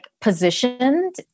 positioned